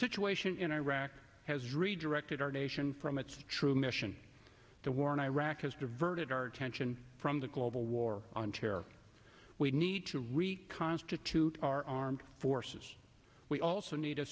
situation in iraq has redirected our nation from its true mission the war in iraq has diverted our attention from the global war on terror we need to reconstitute our armed forces we also need a